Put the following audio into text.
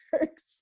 works